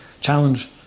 challenge